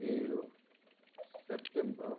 ಏಳು ಸೆಪ್ಟೆಂಬರ್